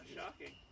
shocking